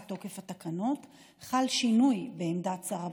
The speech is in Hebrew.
תוקף התקנות חל שינוי בעמדת שר הבריאות,